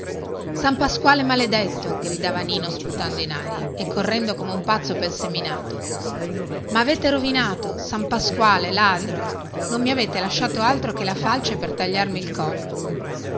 san pasquale maledetto gridava nino sputando in aria e correndo come un pazzo pel seminato mavete rovinato san pasquale non mi avete lasciato altro che la falce per tagliarmi il collo